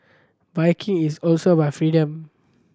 biking is also about freedom